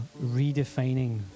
redefining